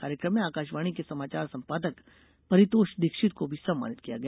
कार्यकम में आकाशवाणी के समाचार संपादक परितोष दीक्षित को भी सम्मानित किया गया